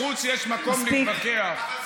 בחוץ יש מקום להתווכח.